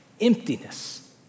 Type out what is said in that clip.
Emptiness